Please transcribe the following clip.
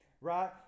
right